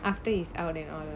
after he's out and all lah